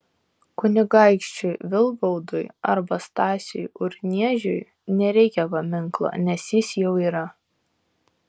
kunigaikščiui vilgaudui arba stasiui urniežiui nereikia paminklo nes jis jau yra